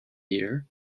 year